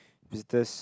visitors